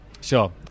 Sure